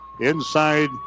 inside